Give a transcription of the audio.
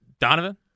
Donovan